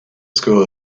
school